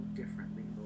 differently